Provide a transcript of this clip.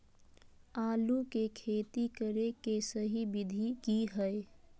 आलू के खेती करें के सही विधि की हय?